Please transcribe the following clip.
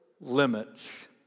limits